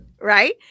Right